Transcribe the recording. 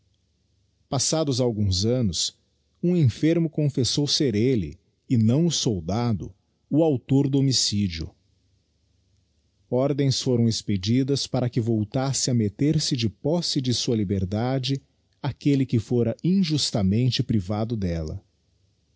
passados alguns annos um enfermo confessou ser elle e não o soldado o autor do homicídio ordens foram expedidas para que voltasse a metter-se de posse de sua liberdade aquelle que fora injustamente privado delia